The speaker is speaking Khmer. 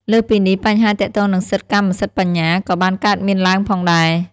លើសពីនេះ បញ្ហាទាក់ទងនឹងសិទ្ធិកម្មសិទ្ធិបញ្ញា ក៏បានកើតមានឡើងផងដែរ។